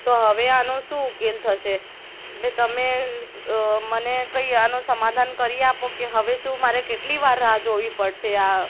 તો હવે આનો શું ઉકેલ થશે એટલે તમે મને કંઈ આનો સમાધાન કરી આપો કે હવે શું મારે કેટલી વાર રાહ જોવી પડશે આ